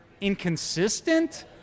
inconsistent